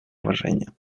уважения